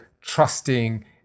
trusting